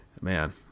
man